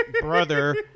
brother